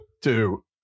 two